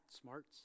smarts